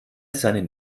seinen